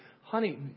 honey